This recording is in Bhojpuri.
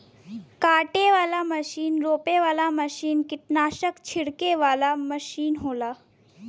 काटे वाला मसीन रोपे वाला मसीन कीट्नासक छिड़के वाला मसीन होला